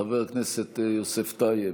חבר הכנסת יוסף טייב,